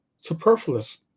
superfluous